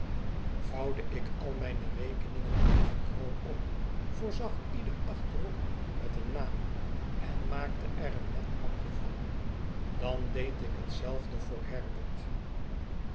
vouwde ik al mijne rekeningen even groot op voorzag ieder achterop met een naam en maakte er een net pakje van dan deed ik hetzelfde voor herbert